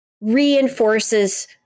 reinforces